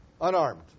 Unarmed